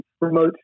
remote